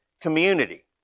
community